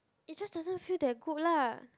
it just doesn't feel that good lah